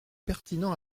pertinents